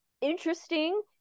interesting